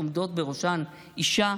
עומדת בראשן אישה,